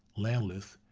landless,